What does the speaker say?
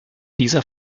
dieser